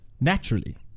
naturally